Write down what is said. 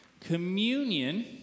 Communion